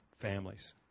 families